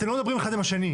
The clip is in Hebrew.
אתם לא מדברים אחד עם השני,